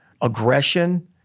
aggression